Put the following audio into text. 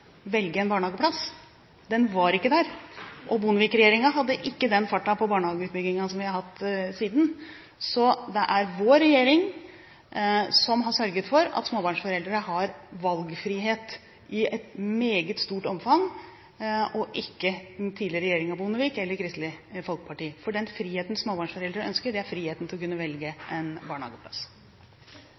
velge en barnehageplass. Den var ikke der. Bondevik-regjeringen hadde ikke den farten på barnehageutbyggingen som vi har hatt siden, så det er vår regjering som har sørget for at småbarnsforeldre har valgfrihet i et meget stort omfang, og ikke den tidligere regjeringen Bondevik eller Kristelig Folkeparti. Den friheten som småbarnsforeldre ønsker, er friheten til å kunne velge en barnehageplass.